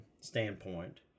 standpoint